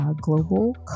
Global